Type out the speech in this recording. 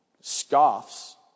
scoffs